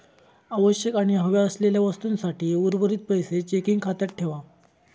आवश्यक आणि हव्या असलेल्या वस्तूंसाठी उर्वरीत पैशे चेकिंग खात्यात ठेवा